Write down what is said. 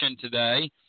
today